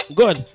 good